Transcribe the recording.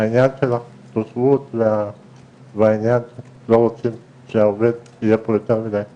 העניין של התושבות והעניין שלא רוצים שהעובד יהיה פה יותר מידי שנים,